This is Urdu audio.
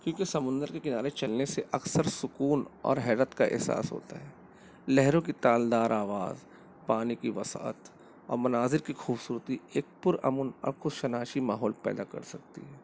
کیونکہ سمندر کے کنارے چلنے سے اکثر سکون اور حیرت کا احساس ہوتا ہے لہروں کی تال دار آواز پانی کی وسعت اور مناظر کی خوبصورتی ایک پرامن ماحول پیدا کر سکتی ہے